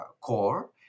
core